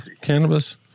cannabis